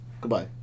goodbye